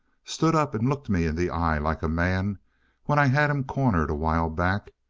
stood up and looked me in the eye like a man when i had him cornered a while back.